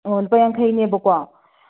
ꯑꯣ ꯂꯨꯄꯥ ꯌꯥꯡꯈꯩꯅꯦꯕꯀꯣ